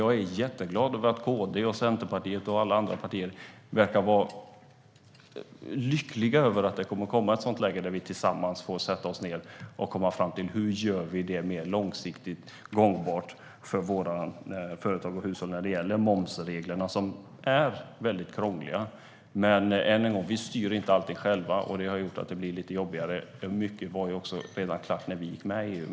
Jag är jätteglad över att KD, Centerpartiet och alla andra partier verkar vara lyckliga över att det kommer att komma ett sådant läge där vi tillsammans får sätta oss ned och komma fram till hur vi ska göra det mer långsiktigt gångbart för våra företag och hushåll när det gäller momsreglerna som är mycket krångliga. Men, än en gång, vi styr inte alltid själva över detta. Det har gjort att det blir lite jobbigare. Mycket var också redan klart när vi gick med i EU.